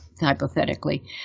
hypothetically